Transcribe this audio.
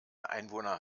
einwohner